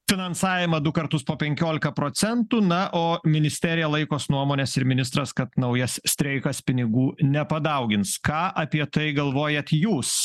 finansavimą du kartus po penkiolika procentų na o ministerija laikos nuomonės ir ministras kad naujas streikas pinigų nepadaugins ką apie tai galvojat jūs